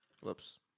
whoops